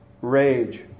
rage